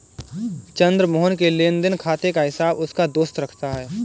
चंद्र मोहन के लेनदेन खाते का हिसाब उसका दोस्त रखता है